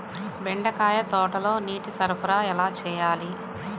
బెండకాయ తోటలో నీటి సరఫరా ఎలా చేయాలి?